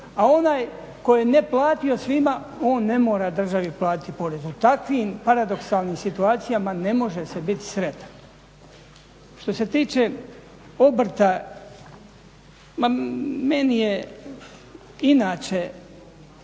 a onaj koji je ne platio svima on ne mora državi platiti porez. U takvim paradoksalnim situacijama ne može se biti sretan. Što se tiče obrta, ma meni je inače